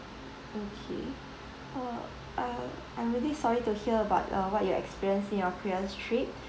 okay uh uh I'm really sorry to hear about uh what you experienced in your previous trip